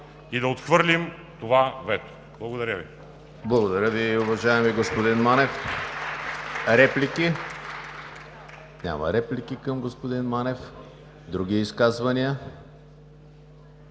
и да отхвърлим това вето. Благодаря Ви.